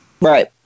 right